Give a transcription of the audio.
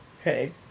Okay